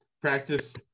Practice